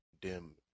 dim